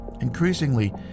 Increasingly